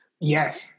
Yes